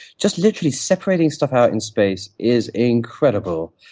just literally separating stuff out in space is incredible,